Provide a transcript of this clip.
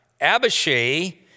Abishai